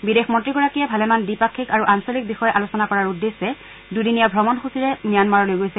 বিদেশ মন্ত্ৰীগৰাকীয়ে ভালেমান দ্বিপাক্ষিক আৰু আঞ্চলিক বিষয় আলোচনা কৰাৰ উদ্দেশ্যে দুদিনীয়া ভ্ৰমণসূচীৰে ম্যানমাৰলৈ গৈছে